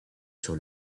sur